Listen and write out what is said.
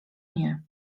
nie